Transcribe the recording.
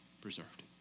preserved